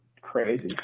crazy